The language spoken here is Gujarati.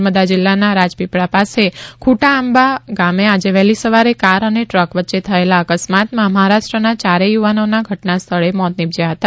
નર્મદા જીલ્લાના રાજપીપળા પાસે ખુટાઆંબા ગામે આજે વહેલી સવારે કાર અને ટ્રક વચ્ચે થયેલા અકસ્માતમાં મહારાષ્ટ્રના ચારેય યુવાનોના ઘટનાસ્થળે મોત નિપજ્યાં હતા